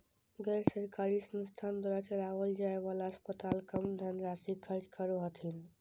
गैर सरकारी संस्थान द्वारा चलावल जाय वाला अस्पताल कम धन राशी खर्च करो हथिन